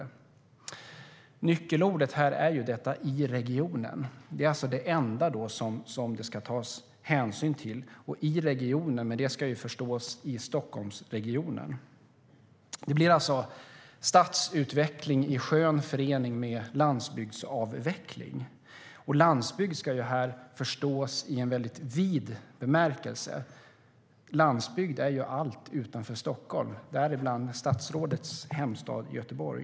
"Nyckelorden här är "i regionen". Det är alltså det enda som det ska tas hänsyn till. Detta "i regionen" innebär i Stockholmsregionen. Det blir alltså stadsutveckling i skön förening med landsbygdsavveckling. Man ska förstå att landsbygd här gäller i en mycket vid bemärkelse. Landsbygd är allt utanför Stockholm, däribland statsrådets hemstad Göteborg.